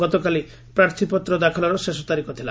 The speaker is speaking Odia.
ଗତକାଲି ପ୍ରାର୍ଥୀପତ୍ର ଦାଖଲର ଶେଷ ତାରିଖ ଥିଲା